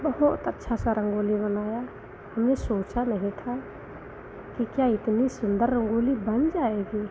बहुत अच्छा सा रंगोली बनाया हमने सोचा नहीं था कि क्या इतनी सुन्दर रंगोली बन जाएगी